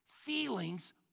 Feelings